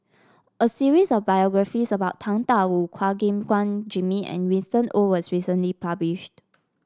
a series of biographies about Tang Da Wu Chua Gim Guan Jimmy and Winston Oh was recently published